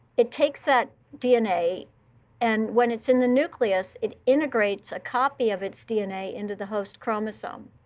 it takes that dna and, when it's in the nucleus, it integrates a copy of its dna into the host chromosome.